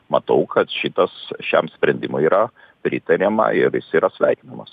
matau kad šitas šiam sprendimui yra pritariama ir jis yra sveikinamas